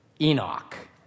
Enoch